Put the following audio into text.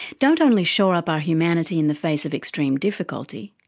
don't only shore up our humanity in the face of extreme difficulty,